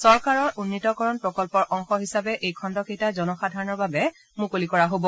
চৰকাৰৰ উন্নীতকৰণ প্ৰকল্পৰ অংশ হিচাপে এই খণ্ডকেইটা জনসাধাৰণৰ বাবে মুকলি কৰা হ'ব